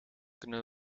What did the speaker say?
kunnen